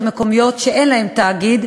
(דחיית מועדים),